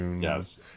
Yes